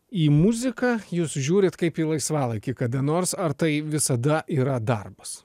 į muziką jūs žiūrit kaip į laisvalaikį kada nors ar tai visada yra darbas